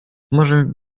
сможем